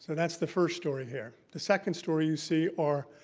and that's the first story here. the second story you see are